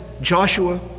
Joshua